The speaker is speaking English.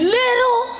little